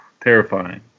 Terrifying